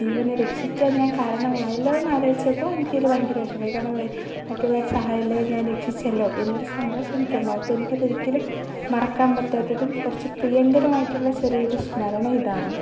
ജീവനെ രക്ഷിക്കാൻ ഞാൻ കാരണമായല്ലോ എന്നാലോചിച്ചപ്പോൾ എനിക്കതിൽ ഭയങ്കര വിഷമമായി കാരണം മറ്റുള്ളവരുടെ സഹായം ഇല്ലാതെ ഞാൻ രക്ഷിച്ചല്ലോ എന്നൊരു സന്തോഷം എനിക്കുണ്ടായി അപ്പോൾ എനിക്കതിലൊരിക്കലും മറക്കാൻ പറ്റാത്തതും കുറച്ചു പ്രിയങ്കരമായിട്ടുള്ള ചെറിയൊരു സ്മരണ ഇതാണ്